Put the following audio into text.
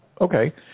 okay